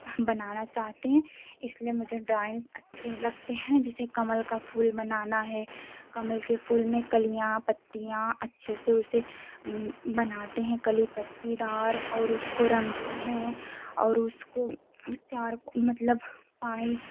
बनाने चाहते हैं इसलिए मुझे ड्राइंग अच्छे लगते है जैसे कमल का फूल बनाना है कमल के फूल में कलियाँ पत्तियाँ अच्छे से उसे बनाते हैं कली पत्तीदार और उसको रँगते हैं और उसको चारकूल मतलब पाई